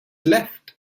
left